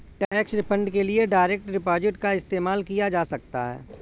tax refund के लिए direct deposit का इस्तेमाल किया जा सकता हैं